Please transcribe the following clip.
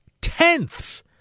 Tenths